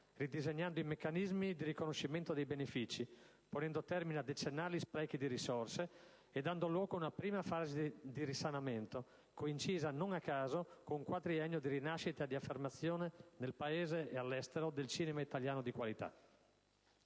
ridisegnando i meccanismi di riconoscimento dei benefici, ponendo termine a decennali sprechi di risorse e dando luogo ad una prima fase di risanamento, coincisa non a caso con il quadriennio di rinascita, di affermazione, nel Paese e all'estero, del cinema italiano di qualità.